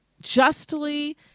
justly